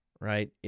right